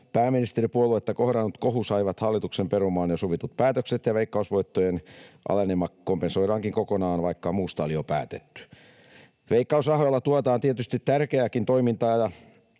pääministeripuoluetta kohdannut kohu saivat hallituksen perumaan jo sovitut päätökset, ja veikkausvoittojen alenema kompensoidaankin kokonaan, vaikka muusta oli jo päätetty. Veikkausrahoilla tuetaan tietysti tärkeääkin toimintaa,